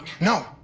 No